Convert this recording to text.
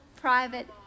private